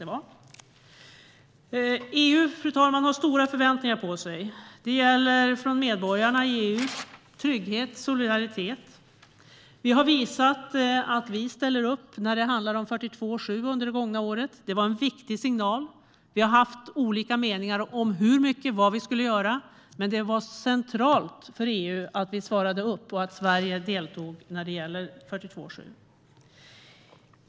Det finns stora förväntningar på EU från medborgarna i EU. Det handlar om trygghet och solidaritet. Vi har under det gångna året visat att vi ställer upp när det handlar om artikel 42.7. Det var en viktig signal. Vi har haft olika meningar om hur mycket och vad vi skulle göra. Men det var centralt för EU att vi svarade upp och att Sverige deltog när gäller artikel 42.7.